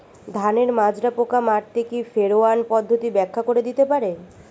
ধানের মাজরা পোকা মারতে কি ফেরোয়ান পদ্ধতি ব্যাখ্যা করে দিতে পারে?